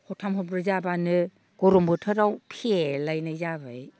हरथाम हरब्रै जाब्लानो गरम बोथोराव फेलायनाय जाबाय